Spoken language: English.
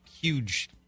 huge